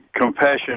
compassion